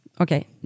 okay